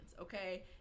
Okay